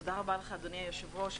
תודה רבה לך אדוני היושב ראש.